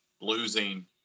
losing